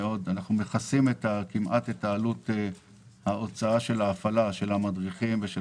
אנחנו מכסים את עלות ההוצאה של הפעלת המדריכים ושל